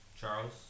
Charles